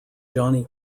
johnny